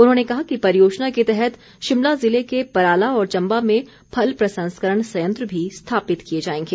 उन्होंने कहा कि परियोजना के तहत शिमला ज़िले के पराला और चम्बा में फल प्रसंस्करण संयंत्र भीा स्थापित किए जाएंगे